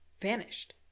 Vanished